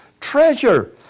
treasure